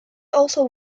also